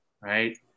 right